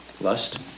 lust